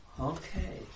Okay